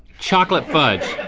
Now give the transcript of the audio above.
chocolate fudge.